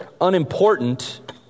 unimportant